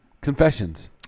Confessions